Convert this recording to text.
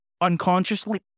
unconsciously